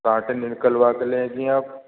کانٹے نکلوا کے لیں گی آپ